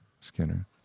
Skinner